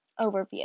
Overview